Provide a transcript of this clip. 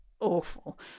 awful